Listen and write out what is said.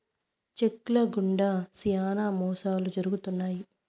check ల గుండా శ్యానా మోసాలు జరుగుతున్నాయి